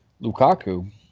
Lukaku